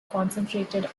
concentrated